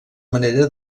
manera